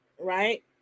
right